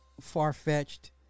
far-fetched